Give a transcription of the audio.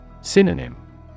Synonym